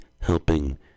helping